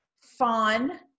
fawn